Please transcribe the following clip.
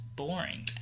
boring